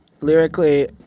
lyrically